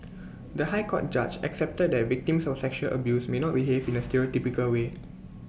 the High Court judge accepted that victims of sexual abuse may not behave in A stereotypical way